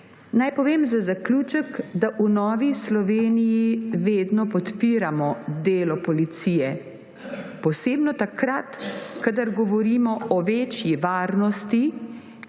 Naj za zaključek povem, da v Novi Sloveniji vedno podpiramo delo policije, posebno takrat, kadar govorimo o večji varnosti